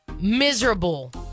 miserable